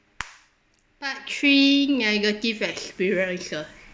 part three negative experiences